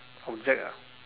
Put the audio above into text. object ah